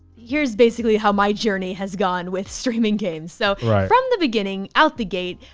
here's basically how my journey has gone with streaming games. so right from the beginning, out the gate,